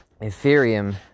Ethereum